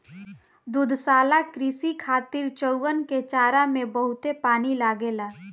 दुग्धशाला कृषि खातिर चउवन के चारा में बहुते पानी लागेला